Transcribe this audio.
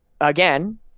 Again